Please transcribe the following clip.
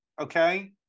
okay